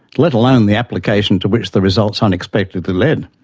let alone the application to which the results unexpectedly led.